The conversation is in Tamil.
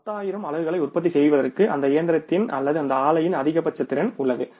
10 ஆயிரம் அலகுகளை உற்பத்தி செய்வதற்கு அந்த இயந்திரத்தின் அல்லது அந்த ஆலையின் அதிகபட்ச திறன் உள்ளது